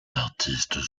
artistes